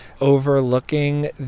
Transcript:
overlooking